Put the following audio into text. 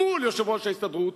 מול יושב-ראש ההסתדרות,